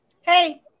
Hey